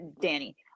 danny